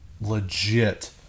legit